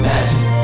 Magic